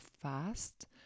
fast